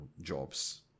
jobs